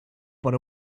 but